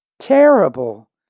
Terrible